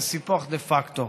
זה סיפוח דה פקטו,